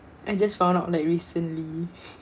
I just found out like recently